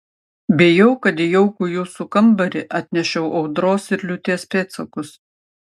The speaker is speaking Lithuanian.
bijau kad į jaukų jūsų kambarį atnešiau audros ir liūties pėdsakus